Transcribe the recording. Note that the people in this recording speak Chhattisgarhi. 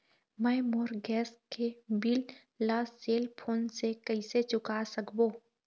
मैं मोर गैस के बिल ला सेल फोन से कइसे चुका सकबो?